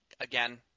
again